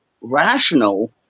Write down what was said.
rational